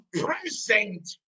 present